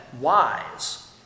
wise